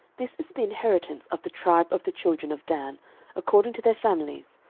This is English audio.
this is the inheritance of the tribe of the children of dan according to their families,